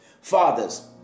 Fathers